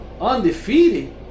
Undefeated